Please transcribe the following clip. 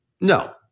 No